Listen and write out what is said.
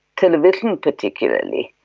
television particularly.